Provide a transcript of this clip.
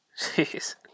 Jeez